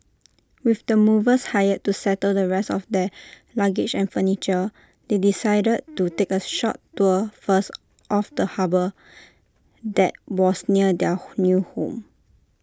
with the movers hired to settle the rest of their luggage and furniture they decided to take A short tour first of the harbour that was near their new home